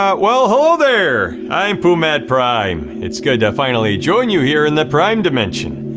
ah well hello there, i'm pumat prime. it's good to finally join you here in the prime dimension.